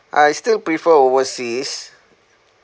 I still prefer overseas